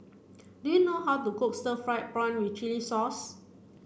do you know how to cook stir fried prawn with chili sauce